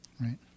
Right